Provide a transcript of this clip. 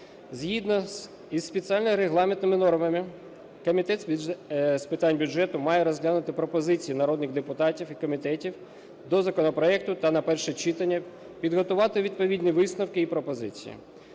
Згідно із спеціальними регламентними нормами, Комітет з питань бюджету має розглянути пропозиції народних депутатів і комітетів до законопроекту та на перше читання підготувати відповідні висновки і пропозиції.